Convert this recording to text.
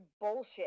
bullshit